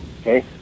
Okay